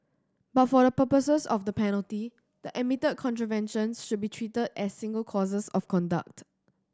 but for the purposes of the penalty the admitted contraventions should be treated as single courses of conduct